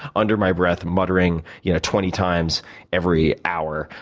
under my breath, muttering you know twenty times every hour.